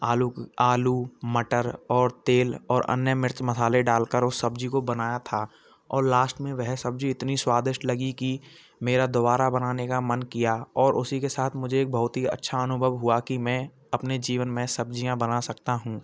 आलू आलू मटर और तेल और अन्य मिर्च मसाले डालकर उस सब्ज़ी को बनाया था और लास्ट में वह सब्ज़ी इतनी स्वादिष्ट लगी कि मेरा दोबारा बनाने का मन किया और उसी के साथ मुझे एक बहुत ही अच्छा अनुभव हुआ कि मैं अपने जीवन में सब्ज़ियाँ बना सकता हूँ